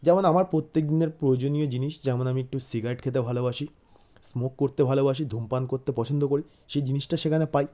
যেমন আমার প্রত্যেক দিনের প্রয়োজনীয় জিনিস যেমন আমি একটু সিগারেট খেতে ভালোবাসি স্মোক করতে ভালোবাসি ধূমপান করতে পছন্দ করি সেই জিনিসটা সেখানে পাই